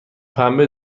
پنبه